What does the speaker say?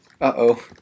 Uh-oh